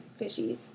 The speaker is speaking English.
fishies